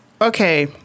Okay